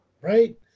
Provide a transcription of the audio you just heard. Right